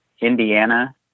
Indiana